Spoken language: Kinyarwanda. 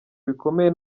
bikomeye